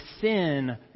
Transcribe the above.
sin